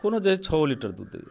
कोनो जे है छओ लीटर दूध दैया